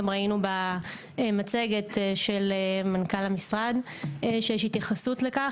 גם ראינו במצגת של מנכ"ל המשרד שיש התייחסות לכך.